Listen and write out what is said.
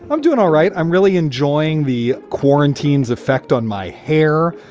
i'm doing all right. i'm really enjoying the quarantine's effect on my hair,